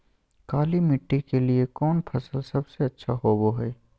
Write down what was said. काली मिट्टी के लिए कौन फसल सब से अच्छा होबो हाय?